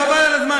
חבל על הזמן.